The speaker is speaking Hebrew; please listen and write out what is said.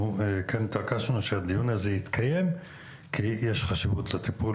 אנחנו התעקשנו שהדיון הזה יתקיים כי יש חשיבות לטיפול,